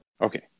Okay